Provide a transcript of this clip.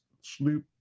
sloop